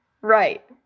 Right